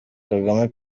kagame